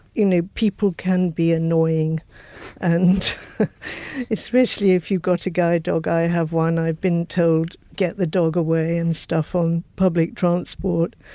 you know people can be annoying and especially if you've got a guide dog. i have one, i've been told get the dog away and stuff on public transport.